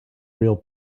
real